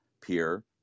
peer